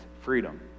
freedom